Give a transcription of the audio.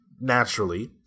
naturally